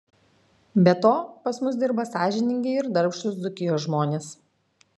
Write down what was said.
be to pas mus dirba sąžiningi ir darbštūs dzūkijos žmonės